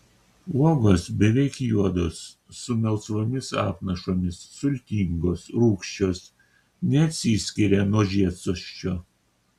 uogos beveik juodos su melsvomis apnašomis sultingos rūgščios neatsiskiria nuo žiedsosčio